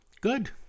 Good